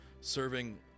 Serving